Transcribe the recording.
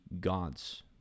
God's